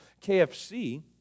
KFC